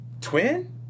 Twin